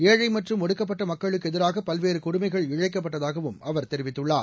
ஏழை மற்றும் ஒடுக்கப்பட்ட மக்களுக்கு எதிராக பல்வேறு கொடுமைகள் இழைக்கப்பட்டதாகவும் அவர் தெரிவித்துள்ளார்